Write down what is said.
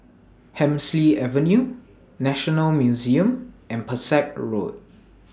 Hemsley Avenue National Museum and Pesek Road